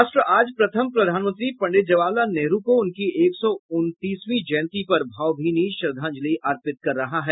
राष्ट्र आज प्रथम प्रधानमंत्री पंडित जवाहर लाल नेहरू को उनकी एक सौ उनतीसवीं जयंती पर भावभिनी श्रद्धांजलि अर्पित कर रहा है